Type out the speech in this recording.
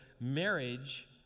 Marriage